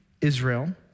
Israel